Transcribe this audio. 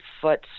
foot